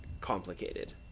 complicated